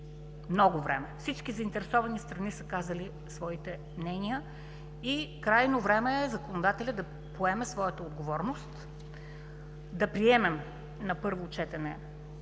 Много време! Всички заинтересовани страни са казали своите мнения. Крайно време е законодателят да поеме своята отговорност, да приемем на първо четене